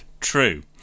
True